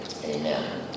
Amen